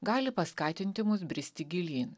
gali paskatinti mus bristi gilyn